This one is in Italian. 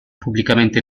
pubblicamente